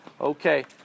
okay